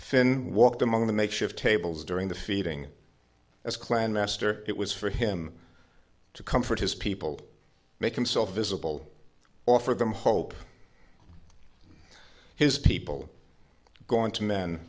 finn walked among the makeshift tables during the feeding as clan master it was for him to comfort his people make himself visible offer them hope his people go into men